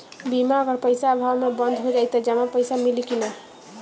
बीमा अगर पइसा अभाव में बंद हो जाई त जमा पइसा मिली कि न?